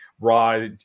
Raw